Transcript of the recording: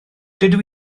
dydw